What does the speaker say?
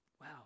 Wow